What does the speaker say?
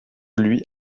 lui